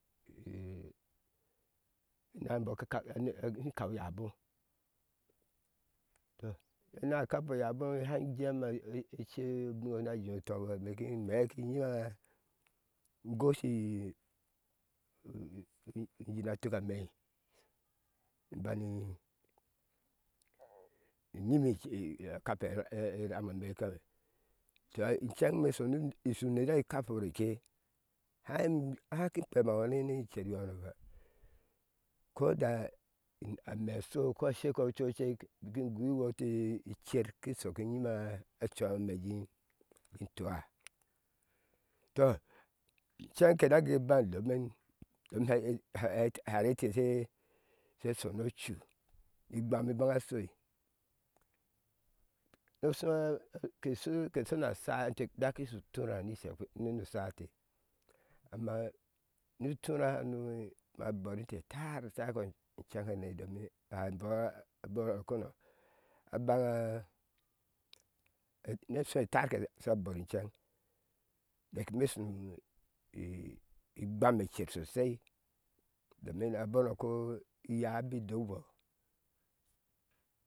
enaŋ ka kau e ime shin kau ugabho to inaŋ kapo uyabhoi hai jeme shui bin yee na jeu tɔŋ ba meki meeki nyia ingosohi i i injina tuk a mei ni bani inyini i i a kape eraume kewe tɔ inceŋ me shonu ishu enera kapo oreke haŋ haki kpe ma ŋwuani cer yɔnoba koda i a me asho ko sheko occek in biki gui iwote i i. cer kin shok ki nyime a coa mee jii n tua tɔ in ceŋ kena gɔiban hate hate harente she she shona cuu igbam ibaŋa shoi osho ke shu ke shona asha ente hake shu uthuŋra ni shekpe nu nu shaete amma utheŋra hano ma bɔr inte tar takɔ ne domi hai bɔi a bɔnɔkɔnɔ haŋa ene shoi tarke sha bɔrinceŋ dek ime shuni i igbame cer sosai domin abɔnɔko ɔ iyáá bi dokbɔ